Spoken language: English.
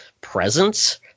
presence